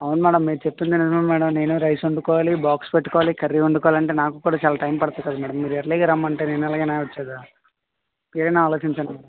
అవున్ మేడం మీరు చెప్పింది నిజమే మేడం నేను రైస్ వండుకోవాలి బాక్స్ పెట్టుకోవాలి కర్రీ వండుకోవాలి అంటే నాకు కూడా చాలా టైమ్ పడుతుంది కదా మేడం మీరు ఎర్లీగా రమ్మంటే నేనెలాగా వచ్చేది మీరైన ఆలోచించండి మేడం